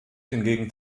hingegen